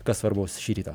kas svarbaus šį rytą